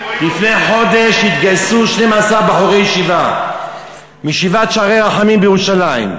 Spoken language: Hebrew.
לפני חודש התגייסו 12 בחורי ישיבה מישיבת "שערי רחמים" בירושלים.